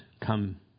come